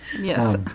Yes